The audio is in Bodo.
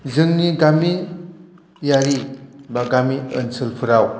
जोंनि गामियारि बा गामि ओनसोलफोराव